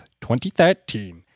2013